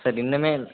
sir டின்னுமே